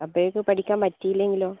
അപ്പോഴേക്കും പഠിക്കാൻ പറ്റി ഇല്ലെങ്കിലോ